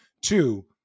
two